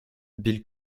bill